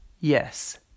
Yes